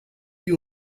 you